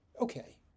okay